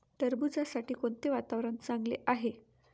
टरबूजासाठी कोणते वातावरण चांगले आहे?